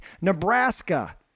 Nebraska